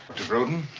broden,